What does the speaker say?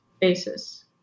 basis